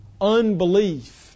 Unbelief